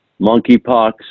Monkeypox